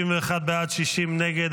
51 בעד, 60 נגד.